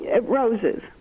Roses